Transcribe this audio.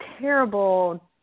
terrible